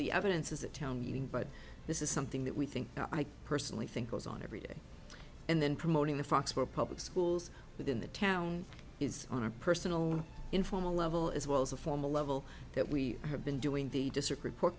the evidence is a town meeting but this is something that we think i personally think goes on every day and then promoting the fox for public schools within the town is on a personal informal level as well as a formal level that we have been doing the district report